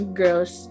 girls